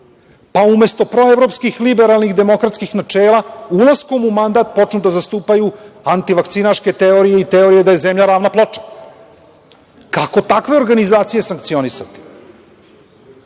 pa umesto proevropskih liberalnih demokratskih načela, ulaskom u mandat počnu da zastupaju antivakcinaške teorije i teorije da je Zemlja ravna ploča? Kako takve organizacije sankcionisati?